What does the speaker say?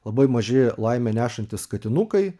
labai maži laimę nešantys katinukai